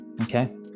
Okay